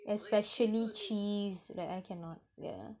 especially cheese like I cannot yeah